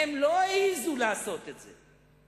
לא העזו לעשות את זה.